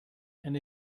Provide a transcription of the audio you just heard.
and